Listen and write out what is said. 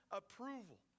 approval